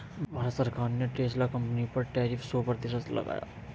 भारत सरकार ने Tesla company पर टैरिफ सो प्रतिशत लगाया